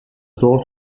dorf